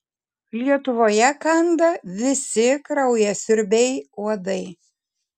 lietuvoje kanda visi kraujasiurbiai uodai